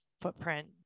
footprint